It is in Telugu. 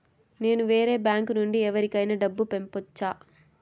నేను వేరే బ్యాంకు నుండి ఎవరికైనా డబ్బు పంపొచ్చా?